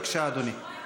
בבקשה, אדוני.